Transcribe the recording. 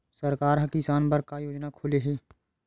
सरकार ह किसान बर का योजना खोले हे?